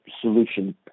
solution